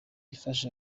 ifasha